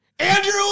Andrew